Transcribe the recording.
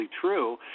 true